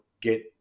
get